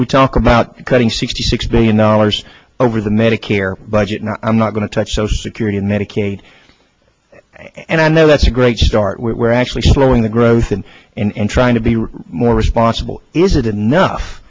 we talk about cutting sixty six billion dollars over the medicare budget and i'm not going to touch social security medicaid and i know that's a great start we're actually slowing the growth and in trying to be more responsible is it enough